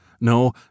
No